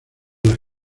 las